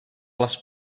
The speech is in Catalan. les